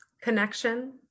Connection